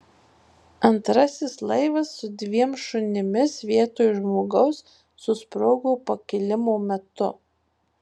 antrasis laivas su dviem šunimis vietoj žmogaus susprogo pakilimo metu